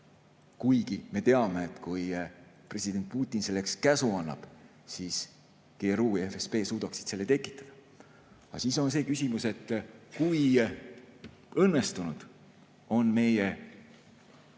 kuigi me teame, et kui president Putin selleks käsu annab, siis GRU ja FSB suudaksid selle tekitada. Aga siis ongi see küsimus – ma ei kasuta ise